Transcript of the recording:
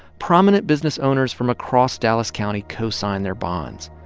prominent business owners from across dallas county co-sign their bonds.